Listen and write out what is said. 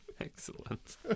Excellent